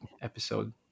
episode